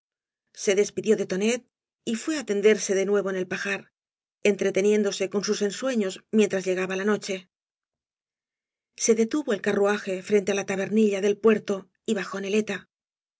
se despidió de tonet y fué á tenderse de nuevo en el pajar entreteniéndose con sus ensueños mientras llegaba la noche se detuvo el carruaje frente á la tabernilla del puerto y bajó neleta